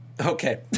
Okay